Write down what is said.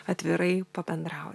atvirai pabendrau